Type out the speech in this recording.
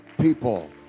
people